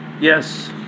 Yes